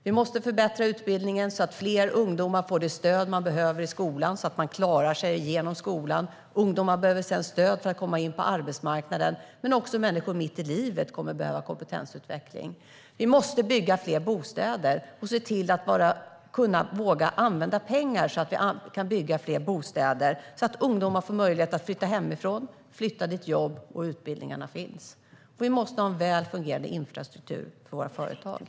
Vi måste förbättra utbildningen så att fler ungdomar får det stöd de behöver i skolan och kan klara sig igenom den. Ungdomar behöver sedan stöd för att komma in på arbetsmarknaden, men också människor mitt i livet kommer att behöva kompetensutveckling. Vi måste bygga fler bostäder och våga använda pengar till det så att ungdomar får möjlighet att flytta hemifrån till de platser där jobb och utbildningar finns. Vi måste ha en väl fungerande infrastruktur för våra företag.